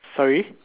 sorry